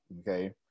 Okay